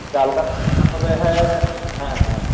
ᱪᱟᱞ ᱠᱟᱛᱮ ᱢᱟ ᱛᱚᱵᱮ ᱦᱮᱸ ᱦᱮᱸ ᱦᱮᱸ